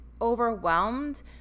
overwhelmed